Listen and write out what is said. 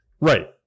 right